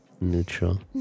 neutral